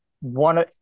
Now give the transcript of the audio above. one